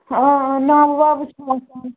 آ آ ناوٕ واوٕ چھِ